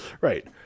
Right